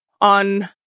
on